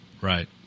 Right